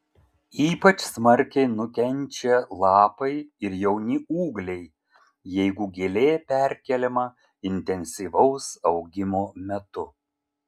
ypač smarkiai nukenčia lapai ir jauni ūgliai jeigu gėlė perkeliama intensyvaus augimo metu